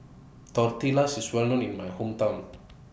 Tortillas IS Well known in My Hometown